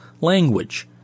language